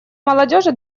молодежи